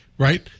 right